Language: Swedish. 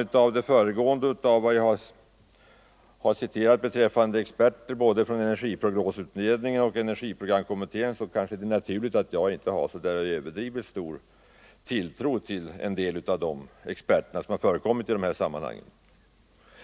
Efter vad jag anfört och vad jag citerat av det som yttrats av experter, såväl från energiprognosutredningen som från energiprogramkommittén, kanske det kan förlåtas om jag inte har någon större tilltro till en del av de experter som har förekommit i de här sammanhangen.